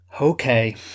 Okay